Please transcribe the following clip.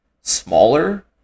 smaller